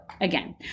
again